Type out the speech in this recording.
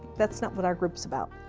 that's not what our group's about.